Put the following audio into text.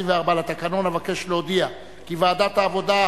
לסעיף 124 לתקנון אבקש להודיע כי ועדת העבודה,